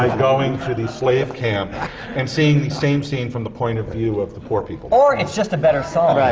going through the slave camp and seeing the same scene from the point of view of the poor people. or it's just a better song! right,